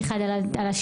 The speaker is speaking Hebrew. אחד על השילוט,